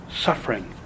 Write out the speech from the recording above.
suffering